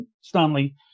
Stanley